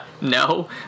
no